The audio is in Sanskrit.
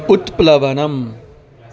उत्प्लवनम्